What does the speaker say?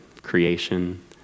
Creation